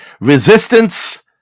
Resistance